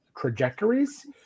trajectories